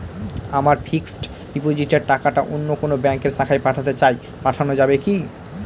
আমার ফিক্সট ডিপোজিটের টাকাটা অন্য কোন ব্যঙ্কের শাখায় পাঠাতে চাই পাঠানো যাবে কি?